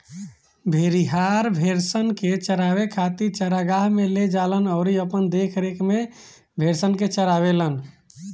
भेड़िहार, भेड़सन के चरावे खातिर चरागाह में ले जालन अउरी अपना देखरेख में भेड़सन के चारावेलन